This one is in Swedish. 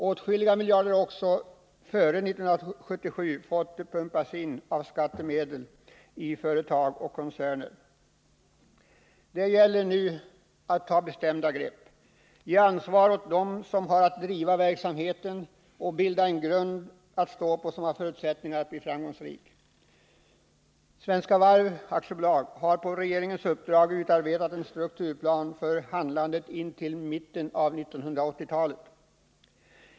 Åtskilliga miljarder har också före 1977 fått pumpas in i varvsföretag och koncerner av skattemedel. Det gäller nu att ta bestämda grepp, ge ansvar åt dem som har att driva verksamheten och bilda en grund att stå på som har förutsättningar att bli framgångsrik. Svenska Varv AB har på regeringens uppdrag utarbetat en strukturplan för handlandet fram till mitten av 1980-talet.